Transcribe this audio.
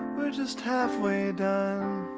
we're just halfway done